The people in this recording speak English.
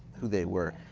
who they were.